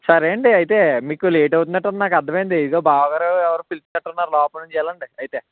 సరే అండి అయితే మీకు లేట్ అవుతున్నట్టు ఉంది నాకు అర్థమైంది ఇదిగో బావగారు ఎవరో పిలిచినట్టు ఉన్నారు లోపల నుంచి వెళ్ళండి అయితే